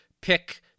pick